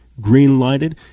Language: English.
green-lighted